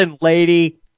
lady